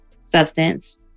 substance